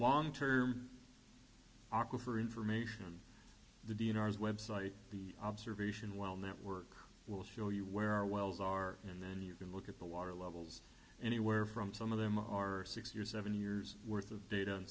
long term aqua for information the d n r is web site the observation well network will show you where our wells are and then you can look at the water levels anywhere from some of them are six years seven years worth of data